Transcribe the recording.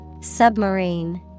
Submarine